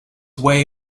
way